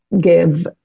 give